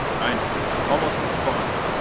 i'm almost at spawn's!